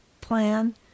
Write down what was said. plan